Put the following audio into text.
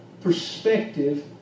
perspective